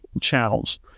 channels